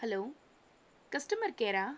hello customer care